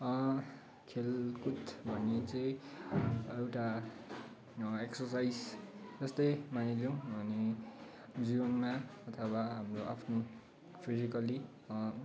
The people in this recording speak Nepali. खेलकुद भन्ने चाहिँ एउटा एक्सरसाइज जस्तै मानिलिउँ अनि जीवनमा अथवा हाम्रो आफ्नो फिजकल्ली